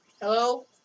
hello